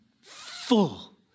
full